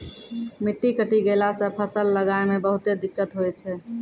मिट्टी कटी गेला सॅ फसल लगाय मॅ बहुते दिक्कत होय छै